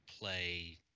play